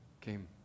came